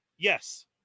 yes